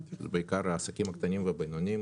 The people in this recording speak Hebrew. בעיקר העסקים הקטנים והבינוניים